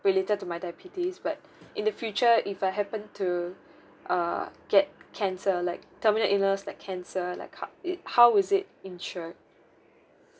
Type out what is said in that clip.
related to my diabetes but in the future if I happen to err get cancer like terminal illness like cancer like ho~ it how was it insured